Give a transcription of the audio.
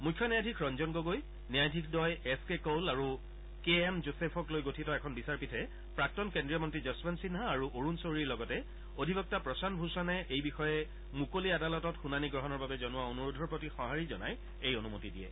মুখ্য ন্যায়াধীশ ৰঞ্জন গগৈ ন্যায়াধীশদ্বয় এছ কে কৌল আৰু কে এম যোছেফক লৈ গঠিত এখন বিচাৰপীঠে প্ৰাক্তন কেন্দ্ৰীয় মন্ত্ৰী যশৱন্ত সিন্হা আৰু অৰুণ যৌৰীৰ লগতে অধিবক্তা প্ৰশান্ত ভূষণে এই বিষয়ে মুকলি আদালতত শুনানি গ্ৰহণৰ বাবে জনোৱা অনুৰোধৰ প্ৰতি সঁহাৰি জনাই এই অনুমতি দিয়ে